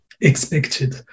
expected